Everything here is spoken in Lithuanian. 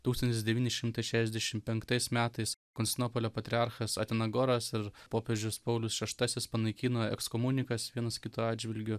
tūkstantis devyni šimtai šešiasdešimt penktais metais konstantinopolio patriarchas atinagoras ir popiežius paulius šeštasis panaikino ekskomunikas vienas kito atžvilgiu